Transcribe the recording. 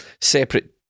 Separate